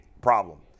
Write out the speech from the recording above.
problem